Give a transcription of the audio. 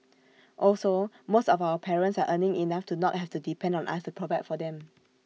also most of our parents are earning enough to not have to depend on us to provide for them